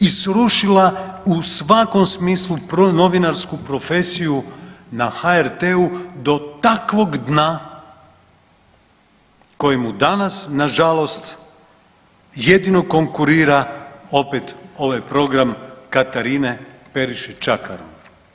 I srušila u svakom smislu pronovinarsku profesiju na HRT-u do takvog dna kojemu danas nažalost jedino konkurira opet ovaj program Katarine Periše Čakarun.